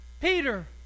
Peter